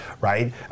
right